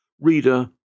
Reader